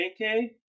JK